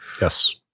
Yes